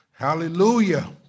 Hallelujah